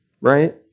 right